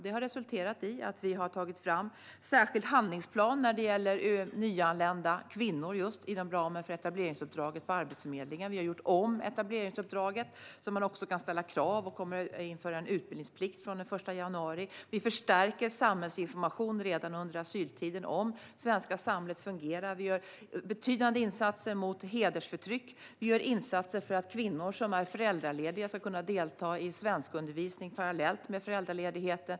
Det har resulterat i att vi har tagit fram en särskild handlingsplan när det gäller nyanlända kvinnor inom ramen för etableringsuppdraget på Arbetsförmedlingen. Vi har gjort om etableringsuppdraget, så att man också kan ställa krav. Vi kommer att införa en utbildningsplikt från den 1 januari. Redan under asyltiden förstärker vi informationen om hur det svenska samhället fungerar. Vi gör betydande insatser mot hedersförtryck. Vi gör insatser för att kvinnor som är föräldralediga ska kunna delta i svenskundervisning parallellt med föräldraledigheten.